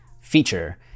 feature